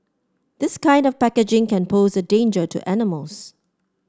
this kind of packaging can pose a danger to animals